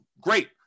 Great